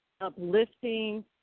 uplifting